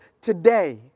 today